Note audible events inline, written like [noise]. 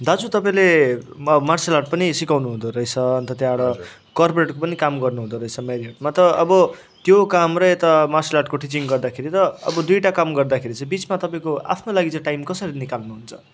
दाजु तपाईँले martial art पनि सिकाउनु हुँदो रहेछ अन्त त्यहाँबाट कर्पोरेटरको काम पनि गर्नु हुँँदो रहेछ [unintelligible] अब त्यो काम र यता मार्सल आर्टको टिचिङ गर्दाखेरि त अब दुईटा काम गर्दाखेरि चाहिँ बिचमा तपाईँको आफ्नो लागि चाहिँ टाइम कसरी निकाल्नु हुन्छ